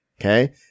Okay